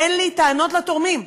אין לי טענות לתורמים,